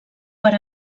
per